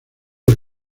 del